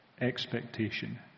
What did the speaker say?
expectation